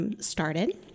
started